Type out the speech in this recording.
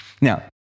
Now